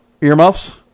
earmuffs